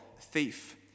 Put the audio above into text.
thief